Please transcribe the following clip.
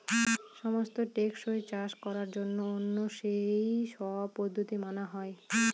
সমস্ত টেকসই চাষ করার জন্য সেই সব পদ্ধতি মানা হয়